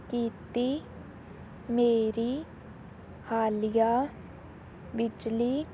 ਕੀਤੀ ਮੇਰੀ ਹਾਲੀਆ ਵਿਚਲੀ